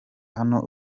hano